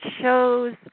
shows